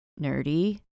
nerdy